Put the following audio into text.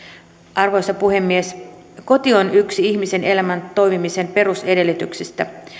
arvoisa puhemies koti on yksi ihmisen elämän toimimisen perusedellytyksistä